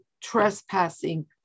trespassing